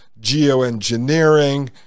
geoengineering